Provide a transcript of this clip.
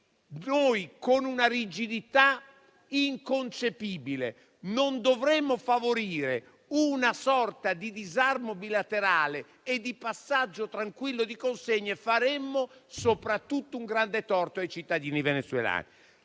noi, con una rigidità inconcepibile, non dovessimo favorire una sorta di disarmo bilaterale e di passaggio tranquillo di consegne, faremmo soprattutto un grande torto ai cittadini venezuelani.